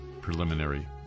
preliminary